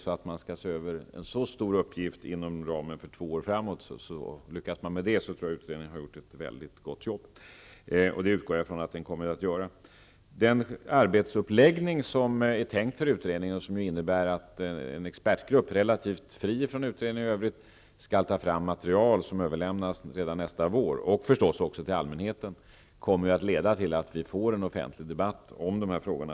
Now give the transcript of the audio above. Lyckas man med det som man har föresatt sig, vilket jag utgår från att man kommer att göra, har man gjort ett väldigt gott jobb. Utredningens planerade arbetsuppläggning innebär att en expertgrupp, relativt fri från utredningen i övrigt, skall ta fram material som överlämnas redan nästa vår, även till allmänheten. Det kommer att leda till att vi får en offentlig debatt om de här frågorna.